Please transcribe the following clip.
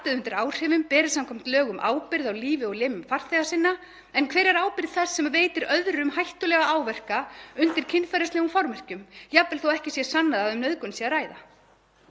hratt undir áhrifum beri samkvæmt lögum ábyrgð á lífi og limum farþega sinna, en hver er ábyrgð þess sem veitir öðrum hættulega áverka undir kynferðislegum formerkjum, jafnvel þótt ekki sé sannað að um nauðgun sé að ræða?